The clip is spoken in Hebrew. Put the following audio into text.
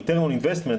ה-Return on Investment,